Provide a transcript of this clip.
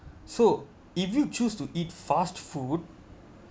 so if you choose to eat fast food